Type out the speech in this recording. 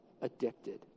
addicted